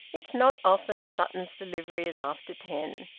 it's not often sutton's delivery is after ten.